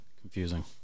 Confusing